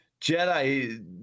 Jedi